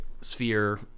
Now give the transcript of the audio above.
sphere